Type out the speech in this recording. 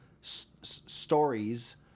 Stories